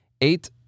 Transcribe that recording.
Eight